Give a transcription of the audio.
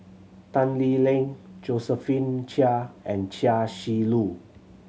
Tan Lee Leng Josephine Chia and Chia Shi Lu